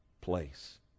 place